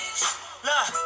Look